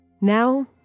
Now